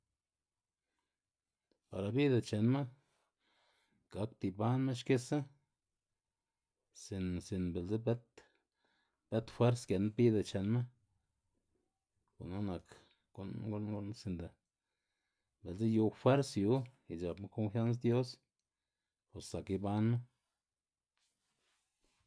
Para bida chenma gakda ibanma xkisa sin- sin- bi'ldza bet bet fers giend bida chenma gunu nak gu'n- gu'n- gu'n- sinda bi'ldza yu fers yu y c̲h̲apma konfians dios bos zak ibanma.